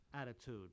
attitude